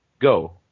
Go